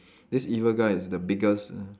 this evil guy is the biggest err